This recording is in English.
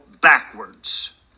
backwards